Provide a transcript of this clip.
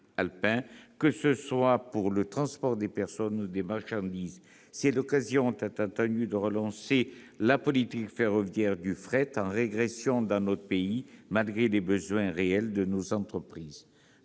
que ce soit pour le transport des personnes ou des marchandises. C'est l'occasion tant attendue de relancer la politique ferroviaire du fret, en régression dans notre pays malgré les besoins réels de nos entreprises.